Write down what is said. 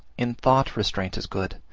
in thought restraint is good,